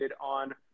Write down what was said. on